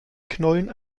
knollen